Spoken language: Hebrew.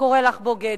קורא לך בוגדת.